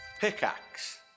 pickaxe